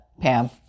Pam